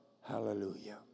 Hallelujah